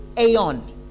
aeon